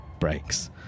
breaks